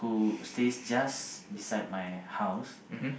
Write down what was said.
mmhmm